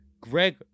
Greg